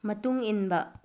ꯃꯇꯨꯡ ꯏꯟꯕ